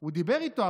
והוא דיבר איתו,